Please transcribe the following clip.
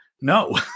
no